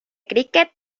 cricket